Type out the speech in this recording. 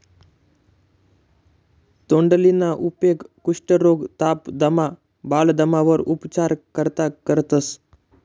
तोंडलीना उपेग कुष्ठरोग, ताप, दमा, बालदमावर उपचार करता करतंस